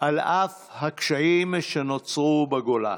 על אף הקשיים שנוצרו בגולה.